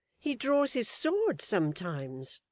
he draws his sword sometimes